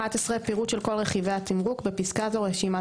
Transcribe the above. (11) פירוט של כל רכיבי התמרוק (בפסקה זו, רשימת